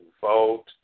vote